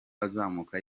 azamuka